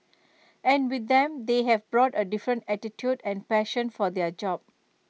and with them they have brought A different attitude and passion for their job